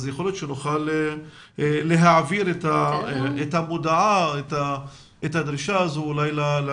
יכול להיות שנוכל להעביר את המודעה או את הדרישה הזו לעמותות,